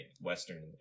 western